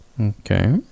Okay